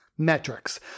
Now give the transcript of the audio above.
metrics